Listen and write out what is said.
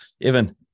evan